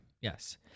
Yes